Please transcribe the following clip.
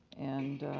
and